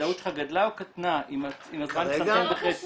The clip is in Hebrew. הוודאות שלך גדלה או קטנה אם הזמן התקצר בחצי?